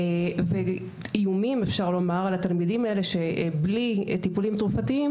ואיומים אפשר לומר שבלי טיפולים תרופתיים